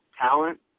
talent